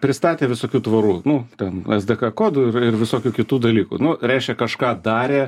pristatė visokių tvorų nu ten es de ka kodų ir ir visokių kitų dalykų nu reiškia kažką darė